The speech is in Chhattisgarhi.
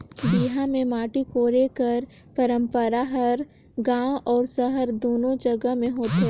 बिहा मे माटी कोड़े कर पंरपरा हर गाँव अउ सहर दूनो जगहा मे होथे